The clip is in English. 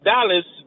Dallas